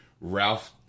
Ralph